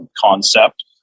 concept